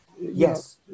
Yes